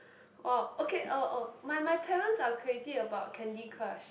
!wow! okay orh orh my my parents are crazy about Candy-Crush